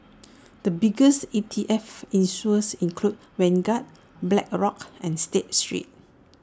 the biggest E T F issuers include Vanguard Blackrock and state street